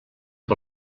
amb